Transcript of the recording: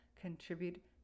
contribute